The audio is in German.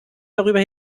darüber